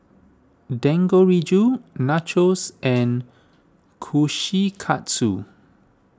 Dangoriju Nachos and Kushikatsu